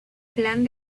plan